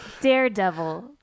daredevil